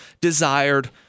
desired